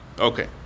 Okay